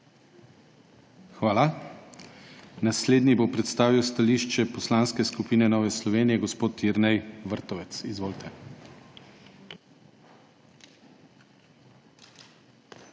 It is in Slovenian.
Hvala. Naslednji bo predstavil stališče Poslanske skupine Nove Slovenije gospod Jernej Vrtovec. Izvolite.